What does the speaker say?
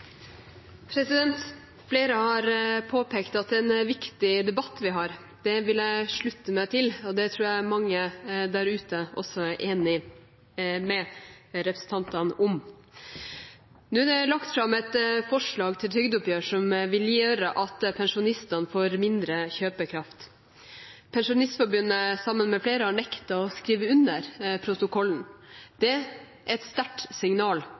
krevjande. Flere har påpekt at det er en viktig debatt vi har. Det vil jeg slutte meg til. Det tror jeg mange der ute også er enige med representantene om. Nå er det lagt fram et forslag til trygdeoppgjør som vil gjøre at pensjonistene får mindre kjøpekraft. Pensjonistforbundet, sammen med flere, har nektet å skrive under protokollen. Det er et sterkt signal